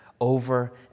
over